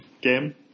game